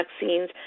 vaccines